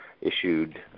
issued